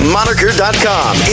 Moniker.com